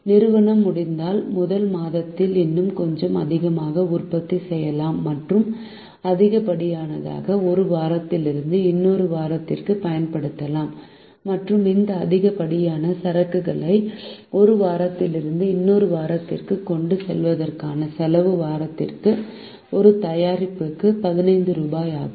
நிறுவனம் முடிந்தால் முதல் மாதத்தில் இன்னும் கொஞ்சம் அதிகமாக உற்பத்தி செய்யலாம் மற்றும் அதிகப்படியானதை ஒரு வாரத்திலிருந்து இன்னொரு வாரத்திற்கு பயன்படுத்தலாம் மற்றும் இந்த அதிகப்படியான சரக்குகளை ஒரு வாரத்திலிருந்து இன்னொரு வாரத்திற்கு கொண்டு செல்வதற்கான செலவு வாரத்திற்கு ஒரு தயாரிப்புக்கு 15 ரூபாய் ஆகும்